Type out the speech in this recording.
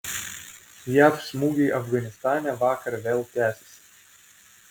jav smūgiai afganistane vakar vėl tęsėsi